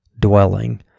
dwelling